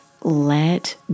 let